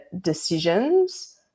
decisions